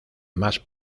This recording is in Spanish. más